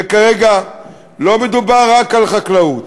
וכרגע לא מדובר רק על חקלאות.